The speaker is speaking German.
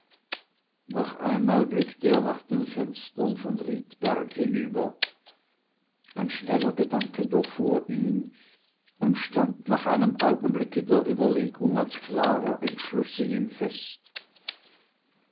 noch einmal blickte er nach den fenstern von riedberg hinüber ein schneller gedanke durchfuhr ihn und stand nach einem augenblicke der überlegung als klarer entschluß in ihm fest